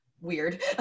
weird